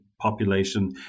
population